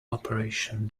operation